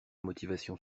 motivation